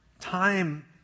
time